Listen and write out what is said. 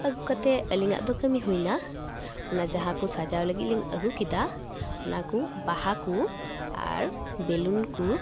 ᱟᱹᱜᱩ ᱠᱟᱛᱮᱜ ᱟᱞᱤᱝᱟᱜ ᱫᱚ ᱠᱟᱹᱢᱤ ᱦᱩᱭᱱᱟ ᱚᱱᱟ ᱡᱟᱦᱟᱸ ᱠᱚ ᱥᱟᱡᱟᱣ ᱞᱟᱹᱜᱤᱫ ᱞᱤᱝ ᱟᱹᱜᱩ ᱠᱮᱫᱟ ᱚᱱᱟ ᱠᱚ ᱵᱟᱦᱟ ᱠᱚ ᱟᱨ ᱵᱮᱞᱩᱱ ᱠᱚ